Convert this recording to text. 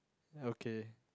okay